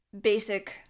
basic